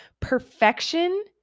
perfection